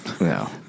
No